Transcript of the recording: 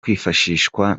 kwifashishwa